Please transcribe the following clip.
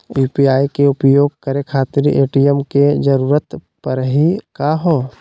UPI के उपयोग करे खातीर ए.टी.एम के जरुरत परेही का हो?